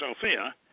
Sophia